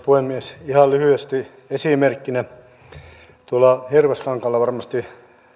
puhemies ihan lyhyesti esimerkkinä hirvaskankaalla varmasti